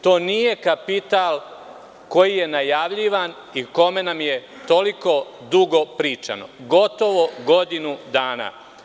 To nije kapital koji je najavljivan i o kome nam je toliko duga pričano, gotovo godinu dana.